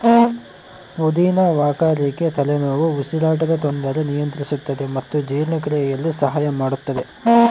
ಪುದಿನ ವಾಕರಿಕೆ ತಲೆನೋವು ಉಸಿರಾಟದ ತೊಂದರೆ ನಿಯಂತ್ರಿಸುತ್ತದೆ ಮತ್ತು ಜೀರ್ಣಕ್ರಿಯೆಯಲ್ಲಿ ಸಹಾಯ ಮಾಡುತ್ತದೆ